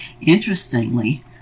Interestingly